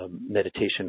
meditation